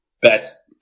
best